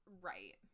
Right